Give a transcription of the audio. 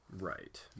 right